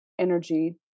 energy